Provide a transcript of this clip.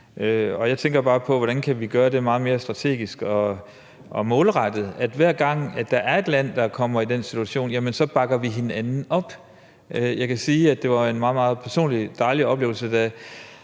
jeg tænker bare på, hvordan vi kan gøre det meget mere strategisk og målrettet, så vi, hver gang der er et land, der kommer i den situation, bakker hinanden op. Jeg kan sige,